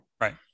Right